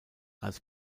als